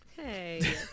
Hey